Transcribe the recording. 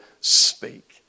speak